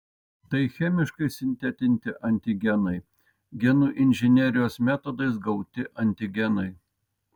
tai chemiškai sintetinti antigenai genų inžinerijos metodais gauti antigenai